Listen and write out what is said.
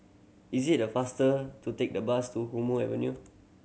is it faster to take the bus to Hume Avenue